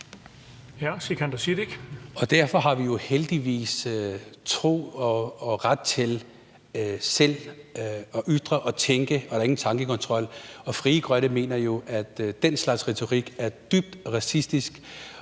Derfor har vi jo heldigvis ret til at ytre os og tænke selv, for der er ingen tankekontrol. Frie Grønne mener jo, at den slags retorik er dybt racistisk,